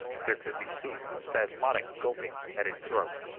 there could be seen spasmodic gulpings at his throat.